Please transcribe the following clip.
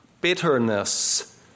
bitterness